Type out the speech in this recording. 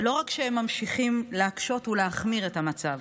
ולא רק שהם ממשיכים להקשות ולהחמיר את המצב,